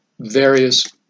Various